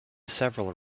several